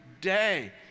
day